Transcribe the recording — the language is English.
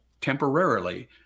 temporarily